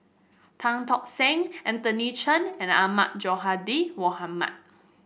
Tan Tock Seng Anthony Chen and Ahmad Sonhadji Mohamad